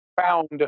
found